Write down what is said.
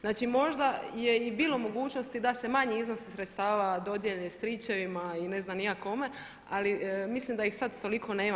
Znači možda je i bio mogućnosti da se manji iznosi sredstava dodijele stričevima i ne znam ni ja kome, ali mislim da ih sada toliko nema.